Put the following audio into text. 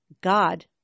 God